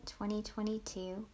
2022